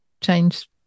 change